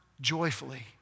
joyfully